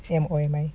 or am I